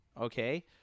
Okay